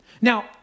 Now